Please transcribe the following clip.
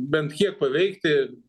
bent kiek paveikti